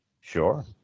Sure